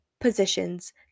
positions